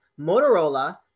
Motorola